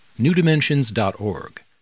newdimensions.org